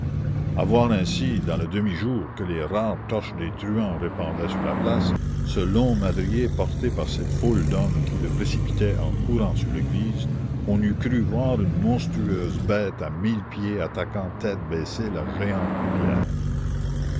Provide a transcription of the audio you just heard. voir ainsi dans le demi-jour que les rares torches des truands répandaient sur la place ce long madrier porté par cette foule d'hommes qui le précipitaient en courant sur l'église on eût cru voir une monstrueuse bête à mille pieds attaquant tête baissée la géante de pierre